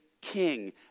king